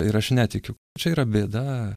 ir aš netikiu čia yra bėda